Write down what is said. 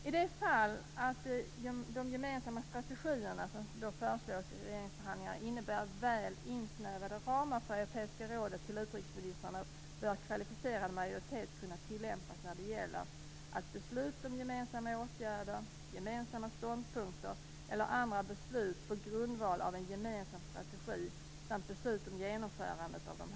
I det fall de gemensamma strategier som föreslås i regeringsförhandlingarna innebär väl insnävande ramar från Europeiska rådet till utrikesministrarna bör kvalificerad majoritet kunna tillämpas när det gäller beslut om gemensamma åtgärder, gemensamma ståndpunkter eller andra beslut på grundval av en gemensam strategi samt beslut om genomförande att dessa.